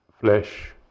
flesh